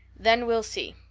then we'll see.